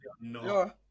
No